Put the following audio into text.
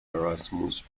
erasmus